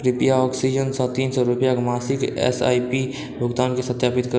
कृपया ऑक्सीजन सँ तीन सए रुपयाक मासिक एस आई पी भुगतान के सत्यापित करू